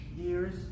years